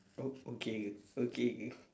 oh okay okay